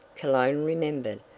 cologne remembered,